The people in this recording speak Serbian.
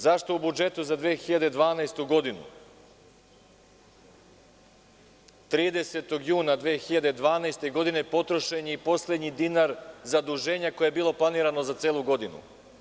Zašto u budžetu za 2012. godinu 30. juna 2012. godine potrošen je i poslednji dinar zaduženja koje je bilo planirano za celu godinu?